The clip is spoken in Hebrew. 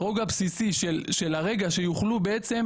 של הרגע, שיוכלו בעצם